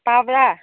ꯇꯥꯕ꯭ꯔ